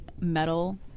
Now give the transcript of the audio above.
metal